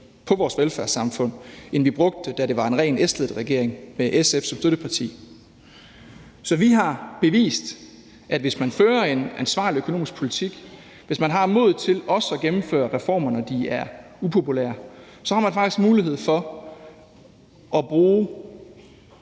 på vores velfærdssamfund, end vi brugte, da det var en ren S-ledet regering med SF som støtteparti. Så vi har bevist, at hvis man fører en ansvarlig økonomisk politik, at hvis man har modet til også at gennemføre reformer, når de er upopulære, så har man faktisk mulighed for at bruge